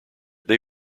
they